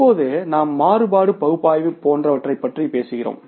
இப்போது நாம் மாறுபாடு பகுப்பாய்வு போன்றவற்றைப் பற்றி பேசுகிறோம்